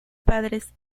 padres